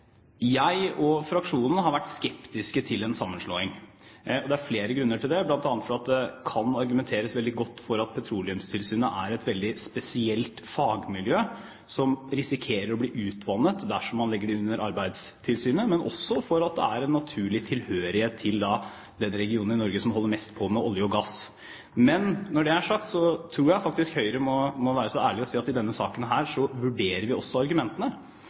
Jeg og de andre i fraksjonen har vært skeptiske til en sammenslåing. Det er det flere grunner til, bl.a. at det kan argumenteres veldig godt for at Petroleumstilsynet er et veldig spesielt fagmiljø, som risikerer å bli utvannet dersom man legger det under Arbeidstilsynet, men også fordi det har en naturlig tilhørighet til den regionen i Norge som holder mest på med olje og gass. Når det er sagt, tror jeg Høyre må være så ærlig og si at i denne saken vurderer vi argumentene.